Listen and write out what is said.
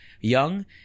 young